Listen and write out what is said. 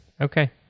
okay